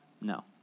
No